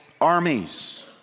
Armies